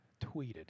tweeted